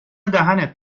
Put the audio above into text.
دهنت